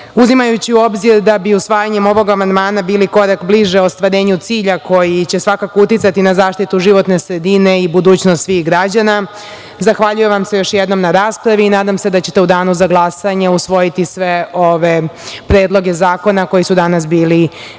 u obzir da bi usvajanjem ovog amandmana bili korak bliže ostvarenju cilja koji će svakako uticati na zaštitu životne sredine i budućnost svih građana, zahvaljujem vam se još jednom na raspravi i nadam se da ćete u danu za glasanje usvojiti sve ove predloge zakona koji su danas bili na